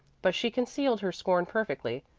but she concealed her scorn perfectly.